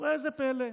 וראה זה פלא,